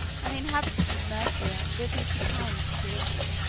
and the inhabitants of maesia lived in supine security,